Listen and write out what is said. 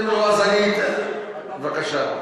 בבקשה.